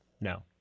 No